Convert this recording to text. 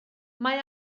mae